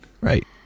right